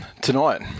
tonight